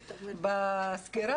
בסקירה